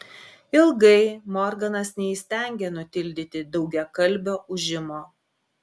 ilgai morganas neįstengė nutildyti daugiakalbio ūžimo